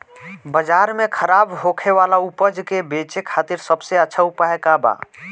बाजार में खराब होखे वाला उपज के बेचे खातिर सबसे अच्छा उपाय का बा?